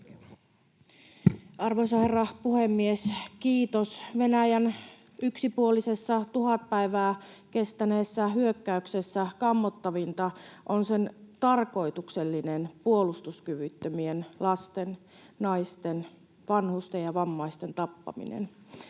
Arvoisa herra puhemies, kiitos! Venäjän yksipuolisessa tuhat päivää kestäneessä hyökkäyksessä kammottavinta on sen tarkoituksellinen puolustuskyvyttömien lasten, naisten, vanhusten ja vammaisten tappaminen.